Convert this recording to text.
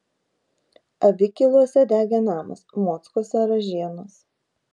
avikiluose degė namas mockuose ražienos